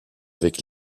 avec